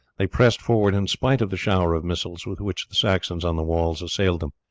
they pressed forward in spite of the shower of missiles with which the saxons on the walls assailed them.